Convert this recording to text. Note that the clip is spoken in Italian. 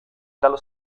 dallo